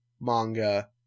manga